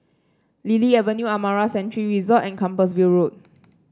Lily Avenue Amara Sanctuary Resort and Compassvale Road